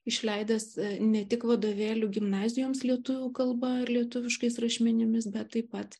išleidęs ne tik vadovėlių gimnazijoms lietuvių kalba ir lietuviškais rašmenimis bet taip pat